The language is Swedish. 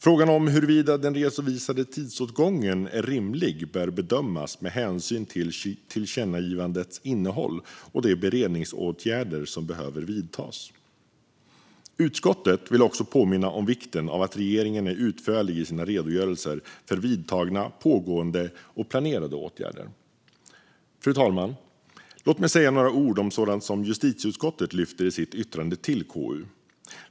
Frågan om huruvida den redovisade tidsåtgången är rimlig bör bedömas med hänsyn till tillkännagivandets innehåll och de beredningsåtgärder som behöver vidtas. Utskottet vill också påminna om vikten av att regeringen är utförlig i sina redogörelser för vidtagna, pågående och planerade åtgärder. Fru talman! Låt mig säga några ord om sådant som justitieutskottet lyfter fram i sitt yttrande till KU.